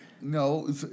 No